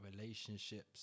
relationships